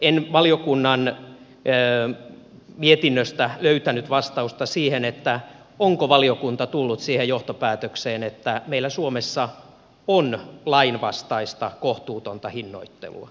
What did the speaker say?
en valiokunnan mietinnöstä löytänyt vastausta siihen onko valiokunta tullut siihen johtopäätökseen että meillä suomessa on lainvastaista kohtuutonta hinnoittelua